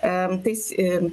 en tais in